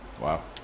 Wow